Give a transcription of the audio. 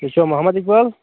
تُہۍ چھِو محمد اِقبال